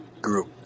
group